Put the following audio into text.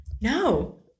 No